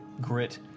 grit